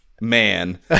man